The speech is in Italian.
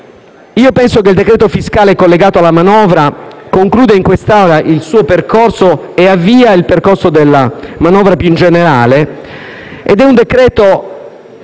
penso che il decreto fiscale collegato alla manovra concluda in quest'Aula il suo percorso e avvii il percorso della manovra più in generale. È un decreto